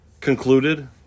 concluded